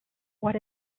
what